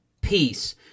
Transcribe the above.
peace